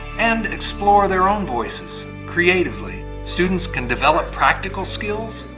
and explore their own voices creatively. students can develop practical skills,